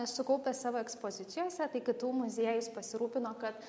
sukaupę savo ekspozicijose tai ktu muziejus pasirūpino kad